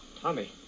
Tommy